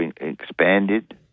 expanded